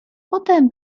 potem